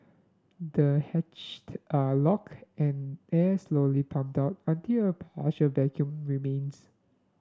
the hatched are locked and air is slowly pumped out until a partial vacuum remains